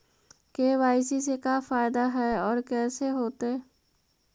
KYC से का फायदा है और कैसे होतै?